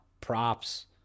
props